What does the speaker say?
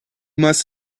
must